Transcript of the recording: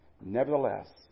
nevertheless